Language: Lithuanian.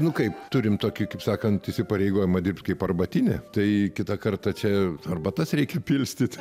nu kaip turim toki kaip sakant įsipareigojimą dirbt kaip arbatinę tai kitą kartą čia arbatas reikia pilstyt